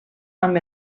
amb